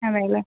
അതെയല്ലെ